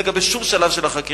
הן לגבי שום שלב של החקירה,